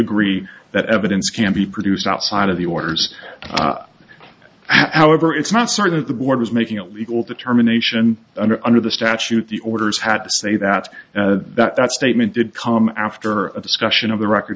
agree that evidence can be produced outside of the orders however it's not certain that the board was making it legal determination under under the statute the orders had to say that that statement did come after of discussion of the record